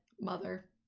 mother